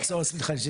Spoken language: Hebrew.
תחזור, סליחה.